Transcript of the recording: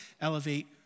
elevate